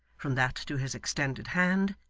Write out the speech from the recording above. from that to his extended hand,